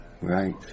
Right